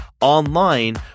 online